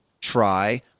try